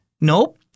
Nope